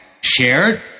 shared